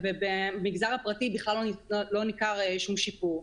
ובמגזר הפרטי בכלל לא ניכר שום שיפור.